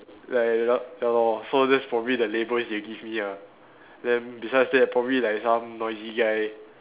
like l~ ya lor so that's probably the labels they give me ah then besides that probably like some noisy guy